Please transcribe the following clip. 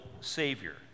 savior